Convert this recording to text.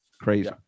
crazy